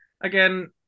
again